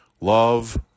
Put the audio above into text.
Love